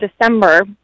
December